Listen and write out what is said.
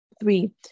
Three